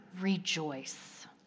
rejoice